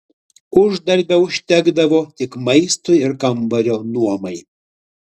uždarbio užtekdavo tik maistui ir kambario nuomai